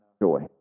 joy